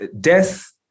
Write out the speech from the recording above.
death